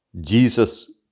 Jesus